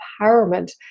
empowerment